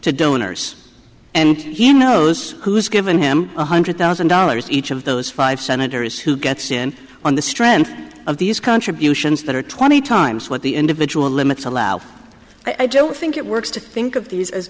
to donors and he knows who's given him one hundred thousand dollars each of those five senators who gets in on the strength of these contributions that are twenty times what the individual limits allow i don't think it works to think of these as